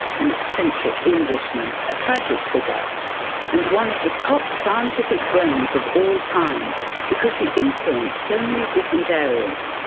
an eccentric englishman, a tragic figure and one of the top scientific brains of all time because he influenced so many different areas,